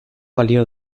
balio